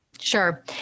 Sure